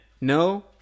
No